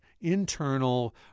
internal